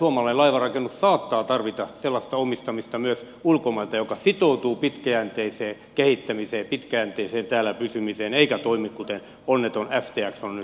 suomalainen laivanrakennus saattaa tarvita sellaista omistamista myös ulkomailta joka sitoutuu pitkäjänteiseen kehittämiseen pitkäjänteiseen täällä pysymiseen eikä toimi kuten onneton stx on nyt toiminut